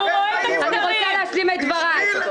אני רוצה להשלים את דבריי.